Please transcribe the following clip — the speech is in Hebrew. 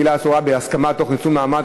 בעילה אסורה בהסכמה תוך ניצול מעמד),